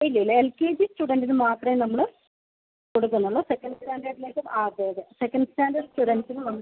ഇല്ല ഇല്ല L K G സ്റ്റുഡൻറ്റിന് മാത്രമേ നമ്മൾ കൊടുക്കുന്നുള്ളു സെക്കൻഡ് സ്റ്റാൻഡേർഡിലേക്ക് അതെയതെ സെക്കൻഡ് സ്റ്റാൻഡേർഡിലേക്ക് സ്റ്റുടെൻസിന് നമുക്ക്